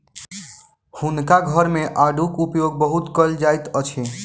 हुनका घर मे आड़ूक उपयोग बहुत कयल जाइत अछि